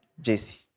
Jesse